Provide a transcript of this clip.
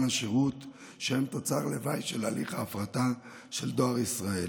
השירות שהם תוצר לוואי של הליך ההפרטה של דואר ישראל,